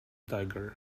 tiger